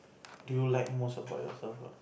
do you like most about yourself ah